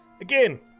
Again